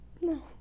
No